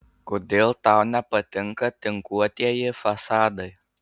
kodėl tau nepatinka tinkuotieji fasadai